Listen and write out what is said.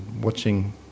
watching